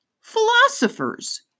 philosophers